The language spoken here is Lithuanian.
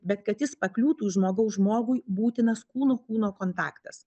bet kad jis pakliūtų iš žmogaus žmogui būtinas kūno kūno kontaktas